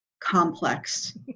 complex